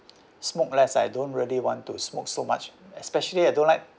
smoke less I don't really want to smoke so much especially I don't like